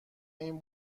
این